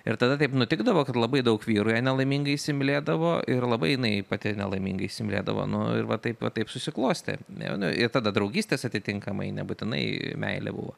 ir tada taip nutikdavo kad labai daug vyrų ją nelaimingai įsimylėdavo ir labai jinai pati nelaimingai įsimylėdavo nu ir va taip va taip susiklostė ir tada draugystės atitinkamai nebūtinai meilė buvo